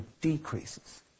decreases